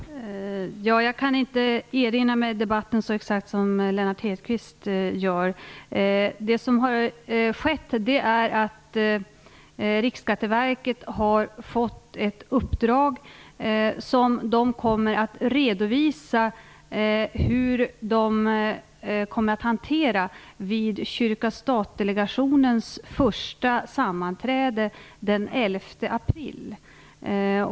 Herr talman! Jag kan inte erinra mig debatten så exakt som Lennart Hedquist gör. Det som har skett är att Riksskatteverket har fått ett uppdrag, och man kommer att redovisa hur man skall hantera detta vid april.